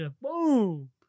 Boom